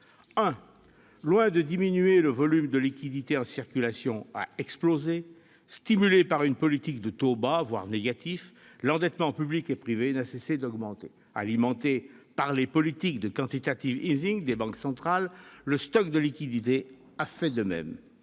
loin de diminuer, le volume des liquidités en circulation a explosé. Stimulé par une politique de taux bas, voire négatifs, l'endettement public et privé n'a cessé d'augmenter. Alimenté par les politiques de des banques centrales, le stock de liquidités a fait de même.